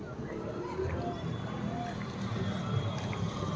ಮೆಕ್ಕಿಜೋಳದಾಗ ಯಾವ ತಳಿ ಛಲೋರಿ?